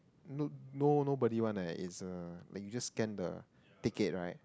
look no nobody [one] eh is a they just scan the ticket right